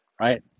right